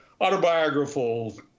autobiographical